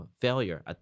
failure